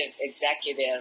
executive